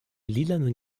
lilanen